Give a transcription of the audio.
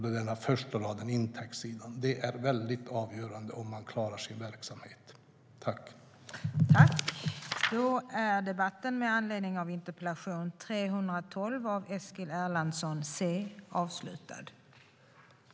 Det är intäktssidan som är avgörande för om man klarar sin verksamhet.